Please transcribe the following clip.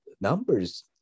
numbers